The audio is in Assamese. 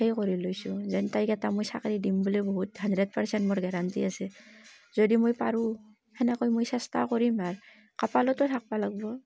সেই কৰি লৈছোঁ যেন তাইক এটা মই চাকেৰি দিম বুলি বহুত হানড্ৰেড পাৰ্চেন্ট মোৰ গেৰাণ্টী আছে যদি মই পাৰোঁ সেনেকৈ মই চেষ্টা কৰিম আৰু কপালতো থাকিব লাগিব